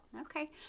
Okay